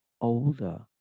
older